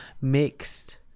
mixed